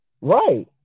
Right